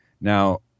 Now